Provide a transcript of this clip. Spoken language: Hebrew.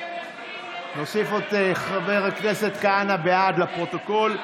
נוסיף את חבר הכנסת כהנא בעד לפרוטוקול.